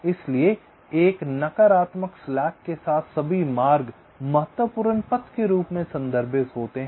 इसलिए एक नकारात्मक स्लैक के साथ सभी मार्ग महत्वपूर्ण पथ के रूप में संदर्भित होते हैं